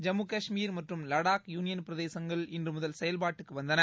ஜம்முகாஷ்மீர் மற்றும் லடாக் யூனியன் பிரதேசங்கள் இன்றுமுதல் செயல்பாட்டுக்குவந்தன